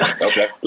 Okay